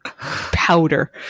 powder